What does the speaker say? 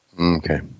Okay